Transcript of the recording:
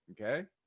Okay